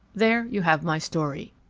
there you have my story.